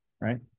right